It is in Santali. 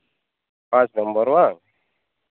ᱯᱟᱸᱪ ᱱᱚᱢᱵᱚᱨ ᱦᱮᱸᱵᱟᱝ